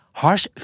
harsh